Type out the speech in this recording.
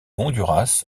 honduras